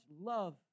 love